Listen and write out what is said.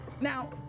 Now